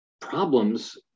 problems